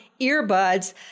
earbuds